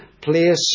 place